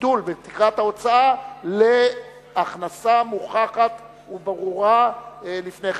הגידול בתקרת ההוצאה להכנסה מוכחת וברורה לפני כן.